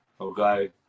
Okay